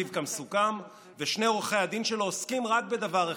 כמסוכם, ושני עורכי הדין שלו עוסקים בדבר אחד,